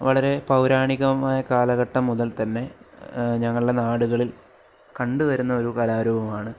വളരെ പൗരാണികമായ കാലഘട്ടം മുതൽ തന്നെ ഞങ്ങളുടെ നാടുകളിൽ കണ്ടുവരുന്ന ഒരു കലാരൂപമാണ്